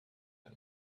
her